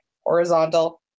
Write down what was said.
horizontal